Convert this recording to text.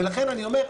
ולכן אני אומר,